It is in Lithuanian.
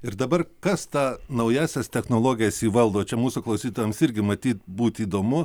ir dabar kas tą naująsias technologijas įvaldo čia mūsų klausytojams irgi matyt būt įdomu